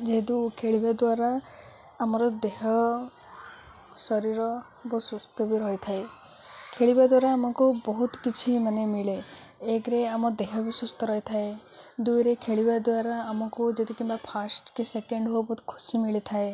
ଯେହେତୁ ଖେଳିବା ଦ୍ୱାରା ଆମର ଦେହ ଶରୀର ବହୁତ ସୁସ୍ଥ ବି ରହିଥାଏ ଖେଳିବା ଦ୍ୱାରା ଆମକୁ ବହୁତ କିଛି ମାନେ ମିଳେ ଏକରେ ଆମ ଦେହ ବି ସୁସ୍ଥ ରହିଥାଏ ଦୁଇରେ ଖେଳିବା ଦ୍ୱାରା ଆମକୁ ଯଦି କିମ୍ବା ଫାଷ୍ଟ କି ସେକେଣ୍ଡ ହଉ ବହୁତ ଖୁସି ମିଳି ଥାଏ